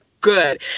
good